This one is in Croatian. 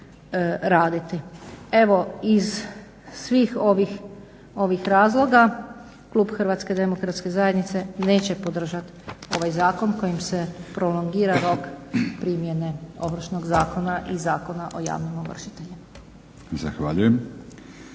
Evo iz svih ovih razloga klub HDZ-a neće podržati ovaj zakon kojim se prolongira rok primjene Ovršnog zakona i Zakona o javnim ovršiteljima.